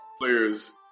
players